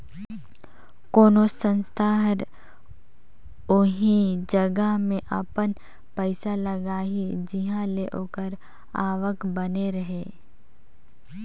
कोनोच संस्था हर ओही जगहा में अपन पइसा लगाही जिंहा ले ओकर आवक बने रहें